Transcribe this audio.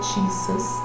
Jesus